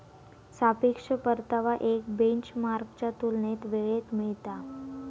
सापेक्ष परतावा एक बेंचमार्कच्या तुलनेत वेळेत मिळता